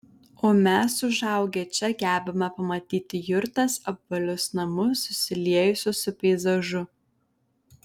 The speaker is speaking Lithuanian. o mes užaugę čia gebame pamatyti jurtas apvalius namus susiliejusius su peizažu